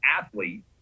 athlete